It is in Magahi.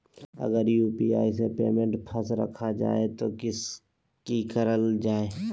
अगर यू.पी.आई से पेमेंट फस रखा जाए तो की करल जाए?